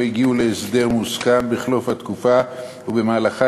הגיעו להסדר מוסכם בחלוף התקופה שבמהלכה